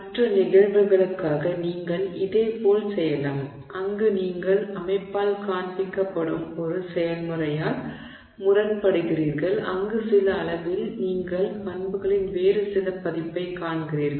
மற்ற நிகழ்வுகளுக்காக நீங்கள் இதேபோல் செய்யலாம் அங்கு நீங்கள் அமைப்பால் காண்பிக்கப்படும் ஒரு செயல்முறையால் முரண்படுகிறீர்கள்அங்கு சில அளவில் நீங்கள் பண்புகளின் வேறு சில பதிப்பைக் காண்கிறீர்கள்